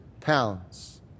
pounds